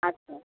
আচ্ছা